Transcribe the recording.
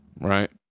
right